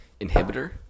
Inhibitor